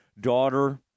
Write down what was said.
daughter